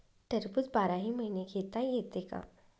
टरबूज बाराही महिने घेता येते का?